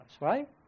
right